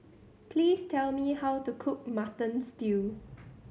please tell me how to cook Mutton Stew